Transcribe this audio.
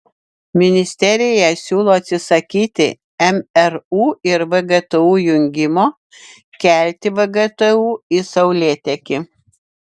ministerija siūlo atsisakyti mru ir vgtu jungimo kelti vgtu į saulėtekį